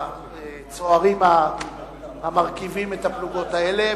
והצוערים המרכיבים את הפלוגות האלה,